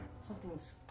Something's